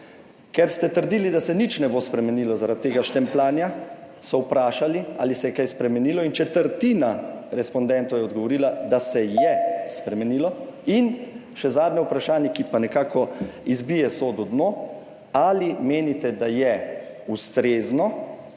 Ker ste trdili, da se nič ne bo spremenilo zaradi tega štempljanja, so vprašali, ali se je kaj spremenilo, in četrtina respondentov je odgovorila, da se je spremenilo. Še zadnje vprašanje, ki nekako izbije sodu dno. Zanima me: Ali menite, da je s to